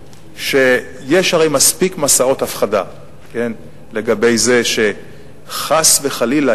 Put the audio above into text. שיש הרי מספיק מסעות הפחדה לגבי זה שחס וחלילה,